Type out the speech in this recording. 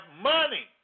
money